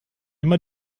immer